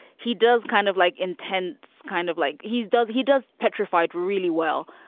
he does kind of like intense kind of like he does. he does petrified really well.